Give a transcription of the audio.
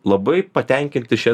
labai patenkinti šia